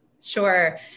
Sure